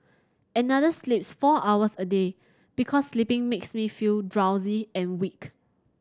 another sleeps four hours a day because sleeping makes me feel drowsy and weak